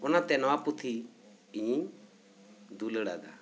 ᱚᱱᱟᱛᱮ ᱱᱚᱣᱟ ᱯᱩᱛᱷᱤ ᱤᱧᱤᱧ ᱫᱩᱞᱟᱹᱲ ᱟᱫᱟ